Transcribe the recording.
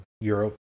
Europe